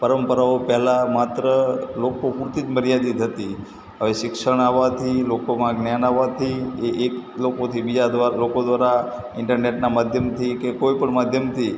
પરંપરાઓ પહેલાં માત્ર લોકો પૂરતી જ મર્યાદિત હતી હવે શિક્ષણ આવવાથી લોકોમાં જ્ઞાન આવવાથી એ એક લોકોથી બીજા દ્વા લોકો દ્વારા ઇન્ટરનેટનાં માધ્યમથી કે કોઇપણ માધ્યમથી